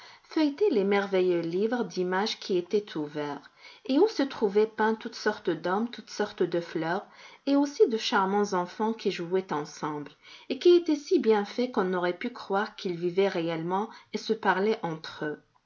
feuilleter les merveilleux livres d'images qui étaient ouverts et où se trouvaient peints toutes sortes d'hommes toutes sortes de fleurs et aussi de charmants enfants qui jouaient ensemble et qui étaient si bien faits qu'on aurait pu croire qu'ils vivaient réellement et se parlaient entre eux